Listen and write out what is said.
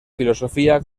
filosofía